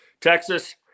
Texas